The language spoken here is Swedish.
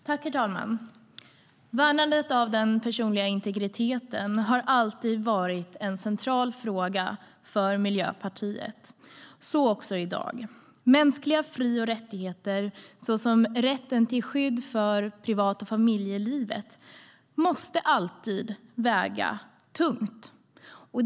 Herr talman! Värnandet av den personliga integriteten har alltid varit en central fråga för Miljöpartiet, så också i dag. Mänskliga fri och rättigheter, såsom rätten till skydd för privat och familjelivet, måste alltid väga tungt.